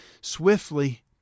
swiftly